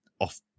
off